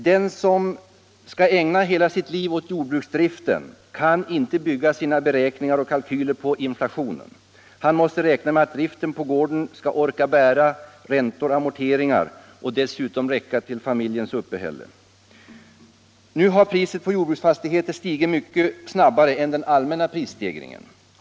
Den som skall ägna hela sitt liv åt jordbruket kan inte bygga sina beräkningar på inflationen. Han måste utgå från att driften på gården skall orka bära räntor och amorteringar och dessutom räcka till familjens uppehälle. Priset på jordbruksfastigheter har stigit mycket snabbare än den allmänna prisnivån.